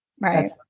Right